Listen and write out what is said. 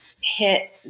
hit